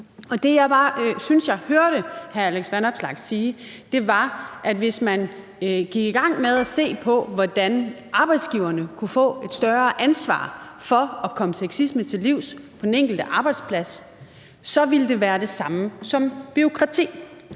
synes jeg hørte hr. Alex Vanopslagh sige, var, at hvis man gik i gang med at se på, hvordan arbejdsgiverne kunne få et større ansvar for at komme sexisme til livs på den enkelte arbejdsplads, så ville det være det samme som bureaukrati.